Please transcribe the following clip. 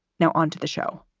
now onto the show.